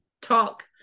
talk